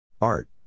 Art